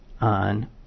on